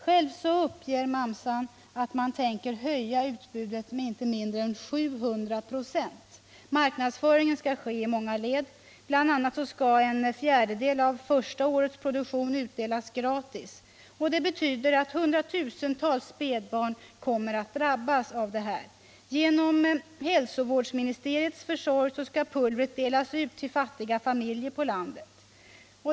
Mamsan uppger självt att man tänker höja utbudet med inte mindre än 700 26. Marknadsföringen skall ske i många led. BI. a. skall en fjärdedel av första årets produktion utdelas gratis. Det betyder att 100 000-tals spädbarn kommer att drabbas. Genom hälsovårdsministeriets försorg skall pulvret delas ut till fattiga familjer på landet.